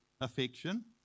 affection